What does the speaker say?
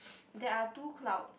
there are two clouds